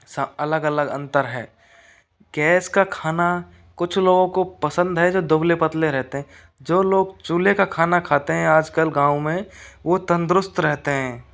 सा अलग अलग अंतर है गैस का खाना कुछ लोगों को पसंद है जो दुबले पतले रहते हैं जो लोग चूल्हे का खाना खाते हैं आजकल गाँव में वो तंदुरुस्त रहते हैं